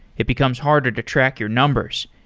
it becomes harder to track your numbers.